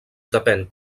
depèn